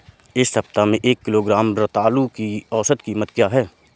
इस सप्ताह में एक किलोग्राम रतालू की औसत कीमत क्या है?